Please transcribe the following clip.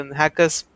hackers